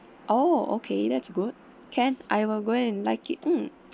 oh okay that's good can I will go and like it mm